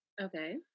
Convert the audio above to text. okay